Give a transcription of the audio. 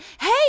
hey